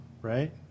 Right